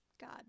God